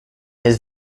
his